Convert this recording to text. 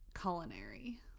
Culinary